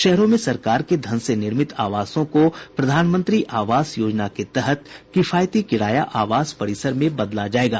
शहरों में सरकार के धन से निर्मित आवासों को प्रधानमंत्री आवास योजना के तहत किफायती किराया आवास परिसर में बदला जाएगा